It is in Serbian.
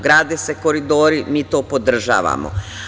Grade se koridori, mi to podržavamo.